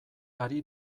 ari